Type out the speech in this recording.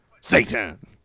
Satan